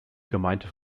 gemeinte